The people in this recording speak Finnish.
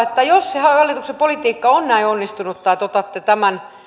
että jos hallituksen politiikka on näin onnistunutta että otatte tämän